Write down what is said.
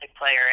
player